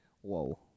Whoa